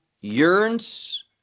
yearns